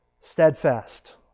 Steadfast